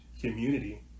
community